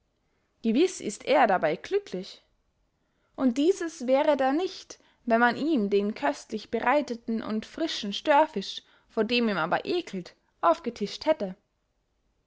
gewiß ist er dabey glücklich und dieses wäre da nicht wenn man ihm den köstlich bereiteten und frischen störfisch vor dem ihm aber eckelt aufgetischt hätte